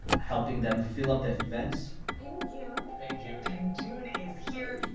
helping them fill up their events. peng joon. peng joon. peng joon is here.